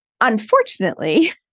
unfortunately